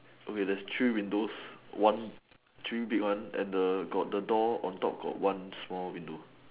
okay there's three windows one trim big one and the got the door on top got one small window